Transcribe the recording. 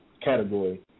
category